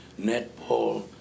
netball